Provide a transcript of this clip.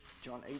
John